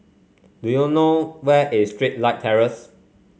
do you know where is Starlight Terrace